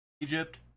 Egypt